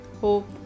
hope